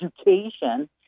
education